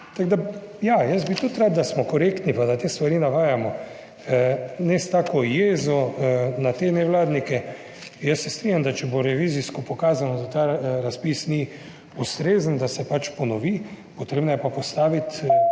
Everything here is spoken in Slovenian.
Tako, da ja, jaz bi tudi rad, da smo korektni, pa da te stvari navajamo, ne s tako jezo na te nevladnike. Jaz se strinjam, da če bo revizijsko pokazano, da ta razpis ni ustrezen, da se pač ponovi, potrebno je pa postaviti